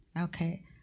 Okay